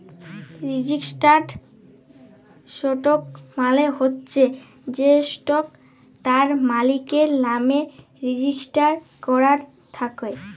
registered stock মালে চ্ছ যে স্টক তার মালিকের লামে রেজিস্টার করাক থাক্যে